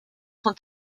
son